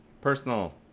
Personal